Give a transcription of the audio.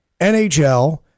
NHL